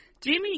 Jimmy